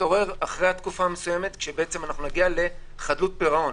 נתעורר אחרי התקופה המסוימת כשבעצם נגיע לחדלות פירעון,